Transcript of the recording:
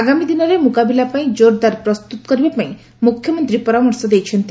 ଆଗାମୀ ଦିନରେ ମୁକାବିଲା ପାଇଁ ଜୋରଦାର ପ୍ରସ୍ତୁତ କରିବା ପାଇଁ ମୁଖ୍ୟମନ୍ତୀ ପରାମର୍ଶ ଦେଇଛନ୍ତି